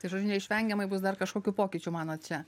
tai žodžiu neišvengiamai bus dar kokių pokyčių manot čia